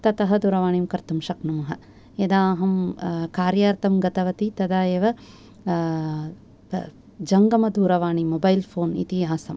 तत दूरवाणीं कर्तुं शक्नुम यदा अहं कार्यार्थं गतवती तदा एव जङ्गमदूरवाणी मोबैल् फोन् इति इति आसम्